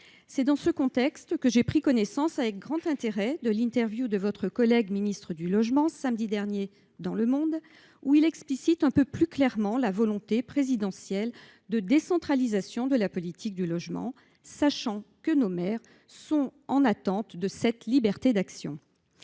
C’est dans ce contexte que j’ai pris connaissance avec grand intérêt de l’interview du ministre chargé du logement samedi dernier dans, dans laquelle il explicite un peu plus clairement la volonté présidentielle de décentralisation de la politique du logement, sachant que nos maires sont dans l’attente de cette liberté d’action.